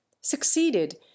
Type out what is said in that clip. succeeded